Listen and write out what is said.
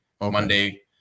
Monday